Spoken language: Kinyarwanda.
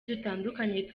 dutandukanye